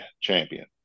champion